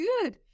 good